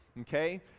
Okay